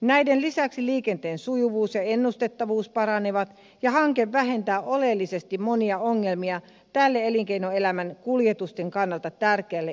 näiden lisäksi liikenteen sujuvuus ja ennustettavuus paranevat ja hanke vähentää oleellisesti monia ongelmia tälle elinkeinoelämän kuljetusten kannalta tärkeälle yhteistyöväylälle